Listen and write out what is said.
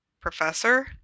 Professor